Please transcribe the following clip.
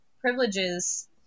privileges